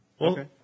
Okay